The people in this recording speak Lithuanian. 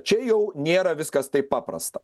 čia jau nėra viskas taip paprasta